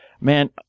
man